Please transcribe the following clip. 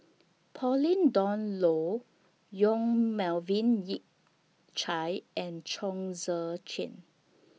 Pauline Dawn Loh Yong Melvin Yik Chye and Chong Tze Chien